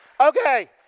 Okay